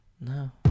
No